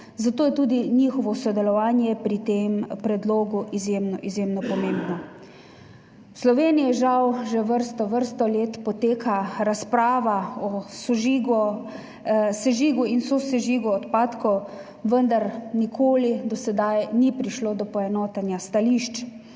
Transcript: zato je tudi njihovo sodelovanje pri tem predlogu izjemno izjemno pomembno. V Sloveniji žal že vrsto vrsto let poteka razprava o sežigu in sosežigu odpadkov, vendar nikoli do sedaj ni prišlo do poenotenja stališč,